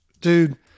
dude